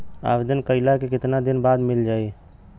आवेदन कइला के कितना दिन बाद मिल जाई?